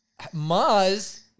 Maz